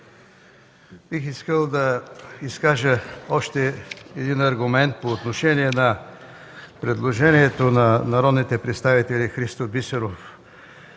Бих искал да изкажа още един аргумент по отношение на предложението на народните представители Христо Бисеров,